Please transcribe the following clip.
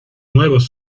nuevos